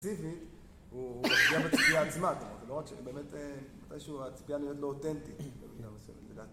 הוא ציפייה בציפייה עצמה, זאת אומרת, באמת, מתישהו הציפייה נראית לו אותנטית, במידה מסוימת.